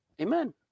Amen